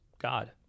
God